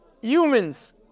humans